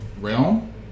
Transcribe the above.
Realm